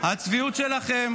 --- הצביעות שלכם